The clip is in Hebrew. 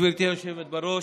גברתי היושבת בראש,